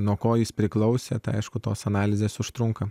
nuo ko jis priklausė tai aišku tos analizės užtrunka